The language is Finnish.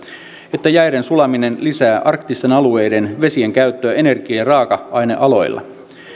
että jäiden sulaminen lisää arktisten alueiden vesien käyttöä energia ja raaka ainealoilla